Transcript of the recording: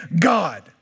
God